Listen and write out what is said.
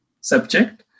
subject